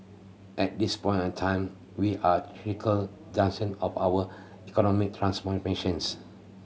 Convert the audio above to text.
at this point a time we are critical of our economic transformations